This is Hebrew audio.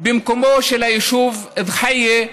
במקומו של היישוב א-דחייה,